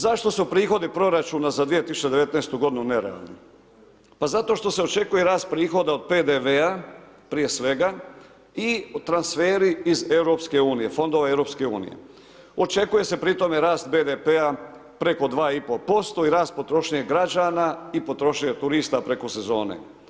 Zašto su prihodi proračuna za 2019. godinu nerealni, pa zato što se očekuje rast prihoda od PDV-a prije svega i transferi iz EU, fondova EU, očekuje se pri tome rast BDP-a preko 2,5% i rast potrošnje građana i potrošnje turista preko sezone.